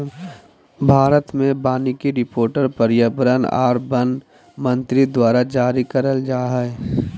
भारत मे वानिकी रिपोर्ट पर्यावरण आर वन मंत्री द्वारा जारी करल जा हय